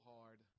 hard